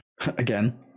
Again